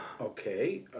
okay